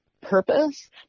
purpose